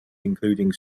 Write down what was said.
including